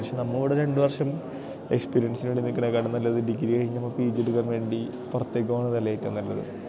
പക്ഷെ നമ്മളിവിടെ രണ്ടു വർഷം എക്സ്പീരിയൻസിനു വേണ്ടി നില്ക്കുന്നതിനെക്കാളും നല്ലത് ഡിഗ്രി കഴിഞ്ഞാല് നമ്മള് പി ജി എടുക്കാൻ വേണ്ടി പുറത്തേക്കു പോകുന്നതല്ലേ ഏറ്റവും നല്ലത്